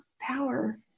power